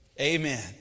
Amen